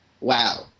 Wow